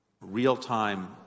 real-time